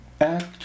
act